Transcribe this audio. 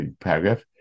paragraph